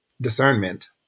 discernment